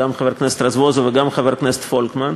גם חבר הכנסת רזבוזוב וגם חבר הכנסת פולקמן,